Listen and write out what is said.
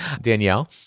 Danielle